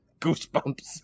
Goosebumps